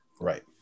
Right